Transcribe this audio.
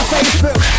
Facebook